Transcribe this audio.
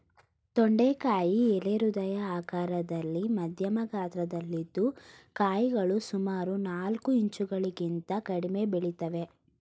ತೊಂಡೆಕಾಯಿ ಎಲೆ ಹೃದಯ ಆಕಾರದಲ್ಲಿ ಮಧ್ಯಮ ಗಾತ್ರದಲ್ಲಿದ್ದು ಕಾಯಿಗಳು ಸುಮಾರು ನಾಲ್ಕು ಇಂಚುಗಳಿಗಿಂತ ಕಡಿಮೆ ಬೆಳಿತವೆ